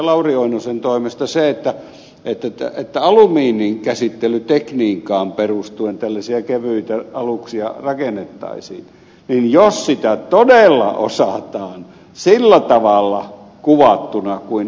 lauri oinosen toimesta se että alumiininkäsittelytekniikkaan perustuen tällaisia kevyitä aluksia rakennettaisiin niin jos sitä todella osataan sillä tavalla kuvattuna kuin ed